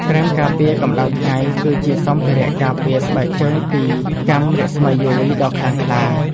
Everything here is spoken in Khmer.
ក្រែមការពារកម្ដៅថ្ងៃ គឺជាសម្ភារៈការពារស្បែកពីកាំរស្មីយូវីដ៏ខ្លាំងក្លា។